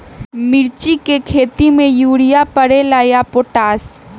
मिर्ची के खेती में यूरिया परेला या पोटाश?